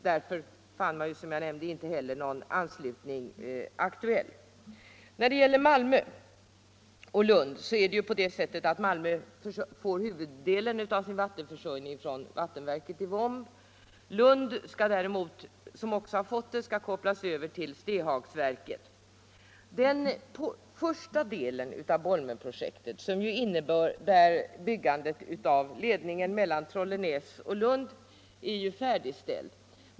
Därför ansåg man, som jag nämnde, att någon anslutning inte var aktuell. Malmö får huvuddelen av sitt vatten från vattenverket i Vomb. Lund, som också tidigare har fått sitt vatten därifrån, skall kopplas över till Stehagsverket. Den första delen av Bolmenprojektet, som innebär byggandet av ledningen mellan Trollenäs och Lund, är färdigställd.